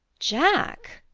jack.